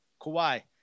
Kawhi